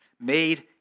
made